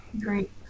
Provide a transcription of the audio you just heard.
Great